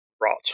rot